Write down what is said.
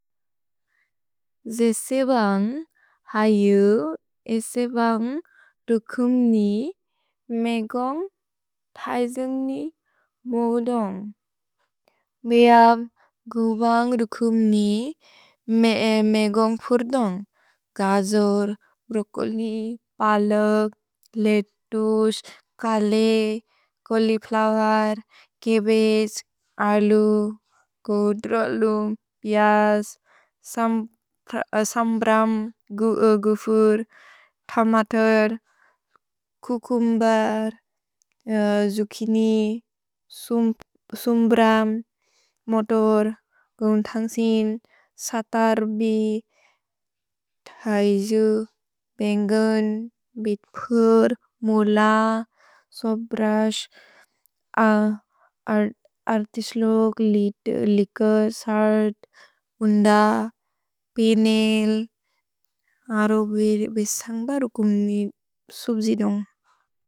जेसेबन्ग् हयु एसेबन्ग् रुकुम्नि मेगोन्ग् तैजुन्ग्नि मोगुदोन्ग्। मेअब् गुबन्ग् रुकुम्नि मे ए मेगोन्ग् फुर्दोन्ग्। गजोर्, ब्रोकोलि, पलोग्, लेतुस्, कले, चौलिफ्लोवेर्, केबेस्, अलु, कुद्रोलु, पिअस्, सम्ब्रम्, गुफुर्, तमतेर्, कुकुम्बर्, जुकिनि, सुम्ब्रम्, मोतोर्, गुन्तन्सिन्, सतर्बि, तैजु, बेन्गेन्, बित्पुर्, मुल, सोब्रस्, अर्तिस्लुक्, लित्, लिकुर्, सर्त्, बुन्द, पिनिल्, अरुबिर्, बेसन्ग्बर् रुकुम्नि सुब्जिदोन्ग्।